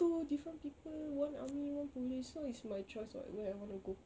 two different one army one police so it's my choice [what] where I want to go